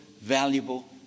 valuable